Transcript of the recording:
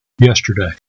yesterday